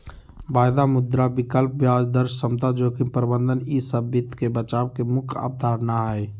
वायदा, मुद्रा विकल्प, ब्याज दर समता, जोखिम प्रबंधन ई सब वित्त मे बचाव के मुख्य अवधारणा हय